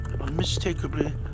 Unmistakably